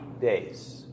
days